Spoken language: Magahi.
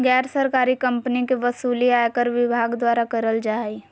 गैर सरकारी कम्पनी के वसूली आयकर विभाग द्वारा करल जा हय